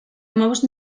hamabost